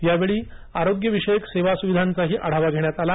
यावेळी आरोग्य विषयक सेवा सुविधांचाही आढावा घेण्यात आला